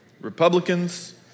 Republicans